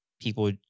people